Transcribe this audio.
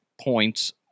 points